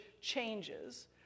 changes